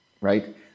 right